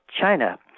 china